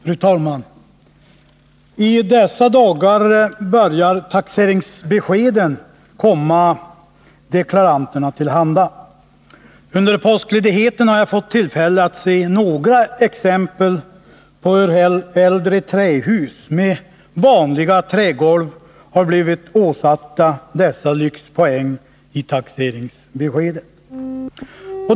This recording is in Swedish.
Fru talman! I dessa dagar börjar taxeringsbeskeden komma deklaranterna till handa. Under påskledigheten har jag fått tillfälle att se några exempel på hur äldre trähus med vanliga trägolv har blivit åsatta lyxpoäng i taxeringsbeskedet.